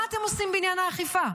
מה אתם עושים בעניין האכיפה?